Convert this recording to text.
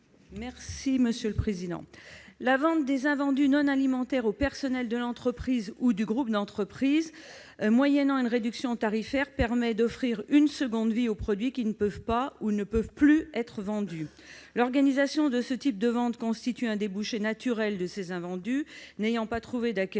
n° 40 rectifié . La vente des invendus non alimentaires au personnel de l'entreprise ou du groupe d'entreprises, moyennant une réduction tarifaire, permet d'offrir une seconde vie aux produits qui ne peuvent pas ou ne peuvent plus être vendus. L'organisation de ce type de vente constitue un débouché naturel de ces invendus qui n'ont pas trouvé d'acquéreur